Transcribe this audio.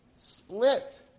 split